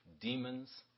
Demons